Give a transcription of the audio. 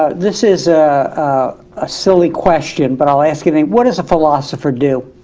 ah this is ah a silly question, but i'll ask, you know what does a philosopher do?